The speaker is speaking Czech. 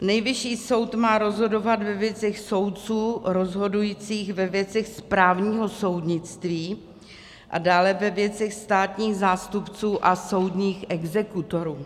Nejvyšší soud má rozhodovat ve věcech soudců rozhodujících ve věcech správního soudnictví a dále ve věcech státních zástupců a soudních exekutorů.